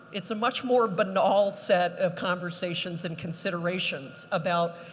it's a much more banal set of conversations and considerations about,